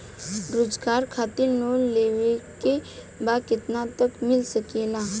रोजगार खातिर लोन लेवेके बा कितना तक मिल सकेला?